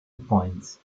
points